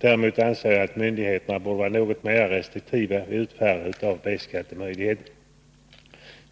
Däremot anser jag att myndigheterna borde vara något mera restriktiva vid utfärdande av B-skattemöjligheten.